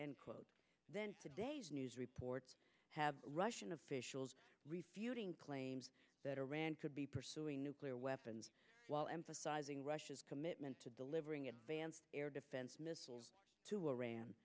and quote then today's news reports have russian officials refueling claims that iran could be pursuing nuclear weapons while emphasizing russia's commitment to delivering it bans air defense missiles to